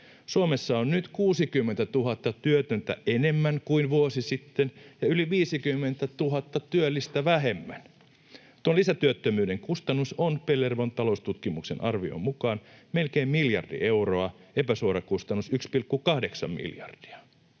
Suomessa on nyt 60 000 työtöntä enemmän kuin vuosi sitten ja yli 50 000 työllistä vähemmän. Tuon lisätyöttömyyden kustannus on Pellervon taloustutkimuksen arvion mukaan melkein miljardi euroa, epäsuora kustannus 1,8 miljardia.